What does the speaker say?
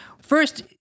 First